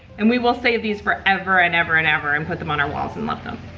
and we will save these forever and ever and ever. and put them on our walls and love them,